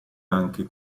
anche